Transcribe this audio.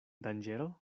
danĝero